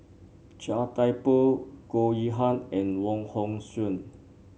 Chia Thye Poh Goh Yihan and Wong Hong Suen